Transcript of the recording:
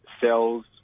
cells